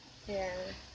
ya